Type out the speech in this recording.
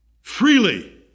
freely